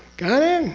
got it?